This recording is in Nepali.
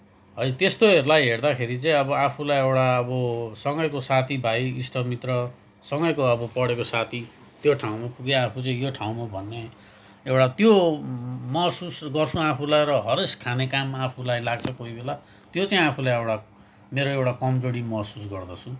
है त्यस्तोहरूलाई हेर्दाखेरि चाहिँ अब आफूलाई एउटा अब सँगैको साथीभाइ इष्टमित्र सँगैको अब पढेको साथी त्यो ठाउँमा पुगे आफू चाहिँ यो ठाउँमा भन्ने एउटा त्यो महसुस गर्छु आफूलाई र हरेस खाने काम आफूलाई लाग्छ कोही बेला त्यो चाहिँ आफूलाई एउटा मेरो एउटा कमजोरी महसुस गर्दछु